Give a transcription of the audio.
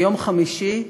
ביום חמישי,